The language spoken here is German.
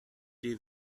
die